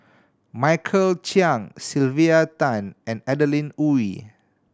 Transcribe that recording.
Michael Chiang Sylvia Tan and Adeline Ooi